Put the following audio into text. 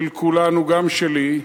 של כולנו, גם שלי,